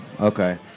Okay